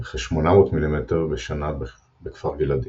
וכ-800 מ"מ בשנה בכפר גלעדי.